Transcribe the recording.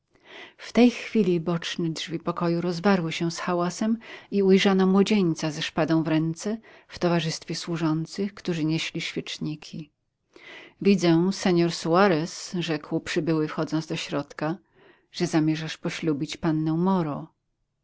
w tej chwili boczne drzwi pokoju rozwarły się z hałasem i ujrzano młodzieńca ze szpadą w ręce w towarzystwie służących którzy nieśli świeczniki widzę senor suarez rzekł przybyły wchodząc do środka że zamierzasz poślubić pannę moro